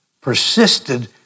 persisted